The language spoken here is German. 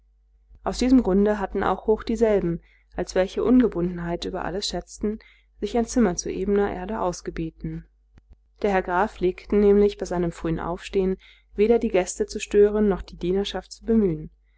aus diesem grunde hatten auch hochdieselben als welche ungebundenheit über alles schätzten sich ein zimmer zu ebener erde ausgebeten der herr graf pflegten nämlich bei seinem frühen aufstehen weder die gäste zu stören noch die dienerschaft zu bemühen